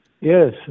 Yes